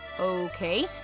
Okay